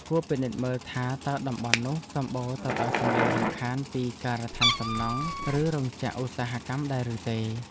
គួរពិនិត្យមើលថាតើតំបន់នោះសម្បូរទៅដោយសម្លេងរំខានពីការដ្ឋានសំណង់ ឬរោងចក្រឧស្សាហកម្មដែរឬទេ។